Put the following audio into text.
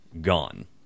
gone